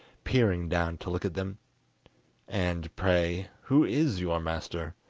peering down to look at them and, pray, who is your master